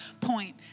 point